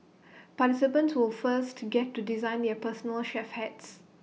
participants will first to get to design their personal chef hats